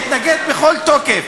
להתנגד בכל תוקף,